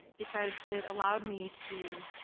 because it allowed me to.